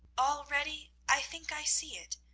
already i think i see it,